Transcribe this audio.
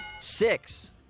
Six